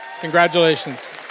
Congratulations